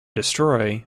destroy